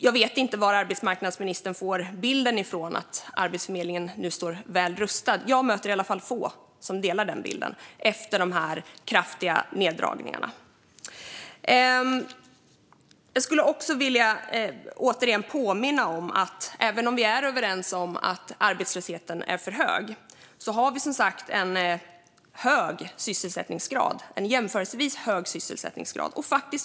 Jag vet inte varifrån arbetsmarknadsministern får bilden att Arbetsförmedlingen nu står väl rustad. Jag möter i alla fall få som delar den bilden efter dessa kraftiga neddragningar. Jag skulle återigen vilja påminna om att vi, även om vi är överens om att arbetslösheten är för hög, har en jämförelsevis hög sysselsättningsgrad.